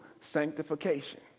sanctification